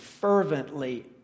fervently